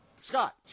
Scott